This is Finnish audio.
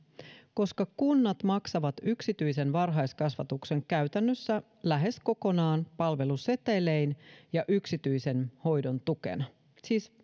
koska kunnat maksavat yksityisen varhaiskasvatuksen käytännössä lähes kokonaan palvelusetelein ja yksityisen hoidon tukena siis